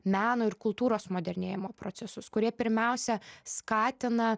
meno ir kultūros modernėjimo procesus kurie pirmiausia skatina